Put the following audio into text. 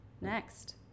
Next